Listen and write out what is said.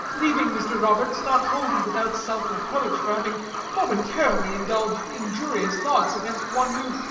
leaving mr. roberts not wholly without self-reproach, for having momentarily indulged injurious thoughts against one who,